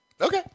Okay